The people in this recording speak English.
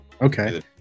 Okay